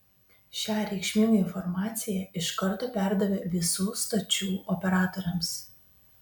šią reikšmingą informaciją iš karto perdavė visų stočių operatoriams